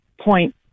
point